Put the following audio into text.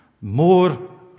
more